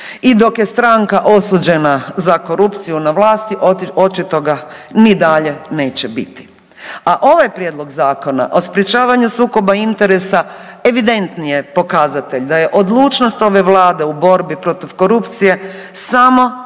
I dok je stranka osuđena za korupciju na vlasti, očito ga ni dalje neće biti. A ovaj Prijedlog zakona o sprječavanju sukoba interesa evidentni je pokazatelj da je odlučnost ove Vlade u borbi protiv korupcije samo i